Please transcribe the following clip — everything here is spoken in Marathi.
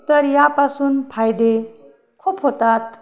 तर यापासून फायदे खूप होतात